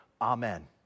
amen